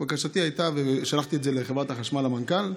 בקשתי הייתה, ושלחתי את זה לחברת החשמל, למנכ"ל,